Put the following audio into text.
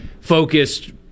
focused